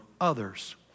others